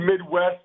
Midwest